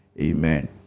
amen